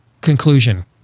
conclusion